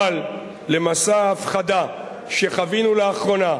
אבל למסע ההפחדה שחווינו לאחרונה,